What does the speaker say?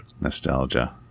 nostalgia